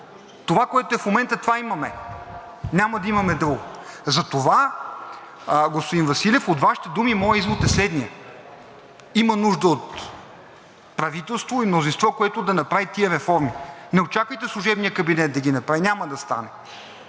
Това, което е в момента, това имаме. Няма да имаме друго. Затова, господин Василев, от Вашите думи моят извод е следният: има нужда от правителство и мнозинство, което да направи тези реформи. Не очаквайте служебният кабинет да ги направи. Няма да стане.